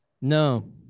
no